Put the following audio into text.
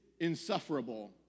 insufferable